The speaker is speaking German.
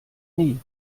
nie